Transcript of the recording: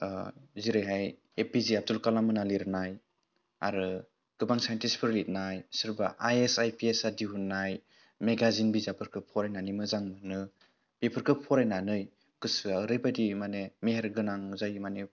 जेरैहाय A P J Abdul Kalam मोनहा लिरनाय आरो गोबां साइन्टिस्टफोर लिरनाय सोरबा I A S I P S आ दिहुननाय मेगाजिन बिजाबफोरखौ फरायनानै मोजां मोनो बेफोरखौ फरायनानै गोसोआ ओरैबायदि माने मेहेरगोनां जायो माने